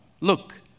look